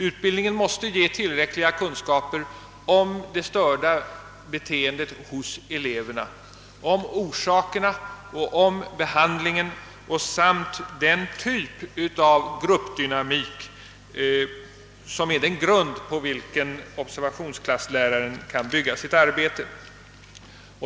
Utbildningen måste ge tillräckliga kunskaper om det störda beteendet hos eleven, om orsakerna och om behandlingen samt den typ av gruppdynamik, som är den grund på vilken observationsklassläraren kan bygga sitt arbete.